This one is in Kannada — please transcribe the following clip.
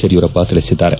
ಯಡಿಯೂರಪ್ಪ ತಿಳಿಸಿದ್ದಾರೆ